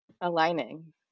aligning